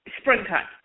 springtime